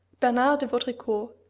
bernard de vaudricourt,